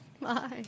Bye